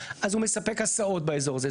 אז הוא מספק הסעות באזור הזה.